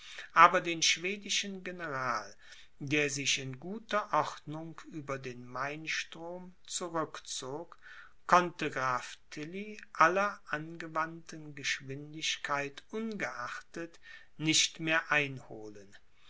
aber den schwedischen general der sich in guter ordnung über den mainstrom zurückzog konnte graf tilly aller angewandten geschwindigkeit ungeachtet nicht mehr einholen